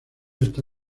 está